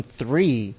three